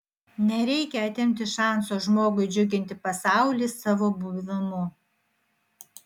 nereikia atimti šanso žmogui džiuginti pasaulį savo buvimu